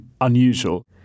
unusual